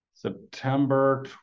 September